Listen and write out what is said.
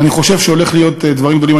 אני חושב שהולכים להיות דברים גדולים.